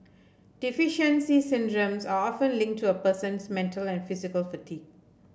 deficiency syndromes are often linked to a person's mental and physical fatigue